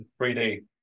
3d